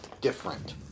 different